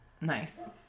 nice